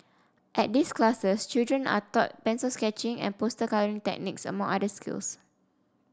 at these classes children are taught pencil sketching and poster colouring techniques among other skills